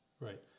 right